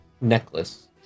necklace